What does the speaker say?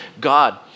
God